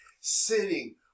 sitting